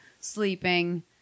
sleeping